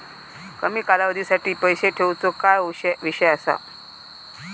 कमी कालावधीसाठी पैसे ठेऊचो काय विषय असा?